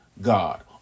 God